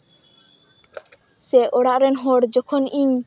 ᱥᱮ ᱚᱲᱟᱜ ᱨᱮᱱ ᱦᱚᱲ ᱡᱚᱠᱷᱚᱱ ᱤᱧ